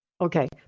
okay